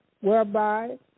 whereby